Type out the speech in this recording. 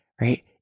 right